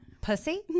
pussy